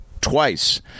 twice